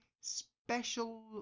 special